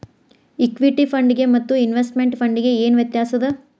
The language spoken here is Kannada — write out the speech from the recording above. ಇಕ್ವಿಟಿ ಫಂಡಿಗೆ ಮತ್ತ ಇನ್ವೆಸ್ಟ್ಮೆಟ್ ಫಂಡಿಗೆ ಏನ್ ವ್ಯತ್ಯಾಸದ?